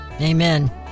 Amen